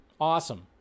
awesome